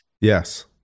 Yes